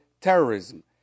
terrorism